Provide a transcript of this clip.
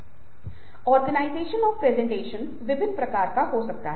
लेकिन हम नए विसुअल एनवायरनमेंट को भी देखेंगे जो डिजिटल युग से उत्पन्न होता है